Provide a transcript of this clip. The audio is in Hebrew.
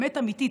באמת אמיתית,